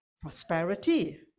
Prosperity